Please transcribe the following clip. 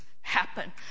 happen